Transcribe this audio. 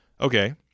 Okay